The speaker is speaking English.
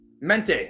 mente